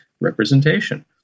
representation